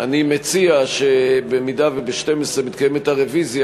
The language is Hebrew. אני מציע שאם ב-12:00 מתקיימת הרוויזיה,